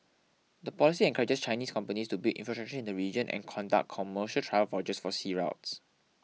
the policy encourages Chinese companies to build infrastructure in the region and conduct commercial trial voyages for sea routes